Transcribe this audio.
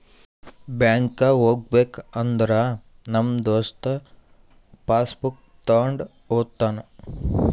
ಬ್ಯಾಂಕ್ಗ್ ಹೋಗ್ಬೇಕ ಅಂದುರ್ ನಮ್ ದೋಸ್ತ ಪಾಸ್ ಬುಕ್ ತೊಂಡ್ ಹೋತಾನ್